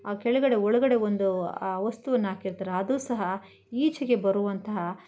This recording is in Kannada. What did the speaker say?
ಆ ಕೆಳಗಡೆ ಒಳಗಡೆ ಒಂದು ಆ ವಸ್ತುವನ್ನು ಹಾಕಿರ್ತಾರೆ ಅದು ಸಹ ಈಚೆಗೆ ಬರುವಂತಹ